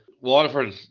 Waterford